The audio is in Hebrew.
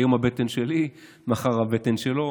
היום הבטן שלי, מחר הבטן שלו,